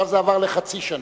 ועכשיו זה עבר לחצי שנה.